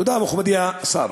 תודה, מכובדי השר.